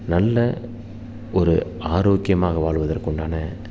நல்ல ஒரு ஆரோக்கியமாக வாழ்வதற்கு உண்டான